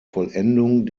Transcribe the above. vollendung